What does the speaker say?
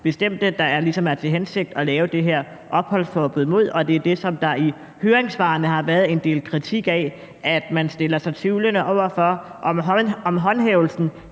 bestemte, som det er hensigten at lave det her opholdsforbud imod, og det er det, som der i høringssvarene har været en del kritik af, og man stiller sig tvivlende over for, om håndhævelsen